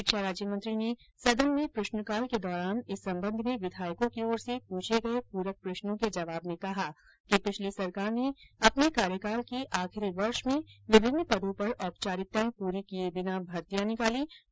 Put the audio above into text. शिक्षा राज्य मंत्री ने सदन में प्रश्नकाल के दौरान इस संबंध में विधायकों की ओर से पुछे गए पूरक प्रश्नों के जवाब में कहा कि पिछली सरकार ने अपने कार्यकाल के आखिरी वर्ष में विभिन्न पदों पर औपचारिकताएं पूरी किए बिना भर्तियां निकाली जो समय पर पूरी नहीं हो सकी